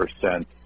percent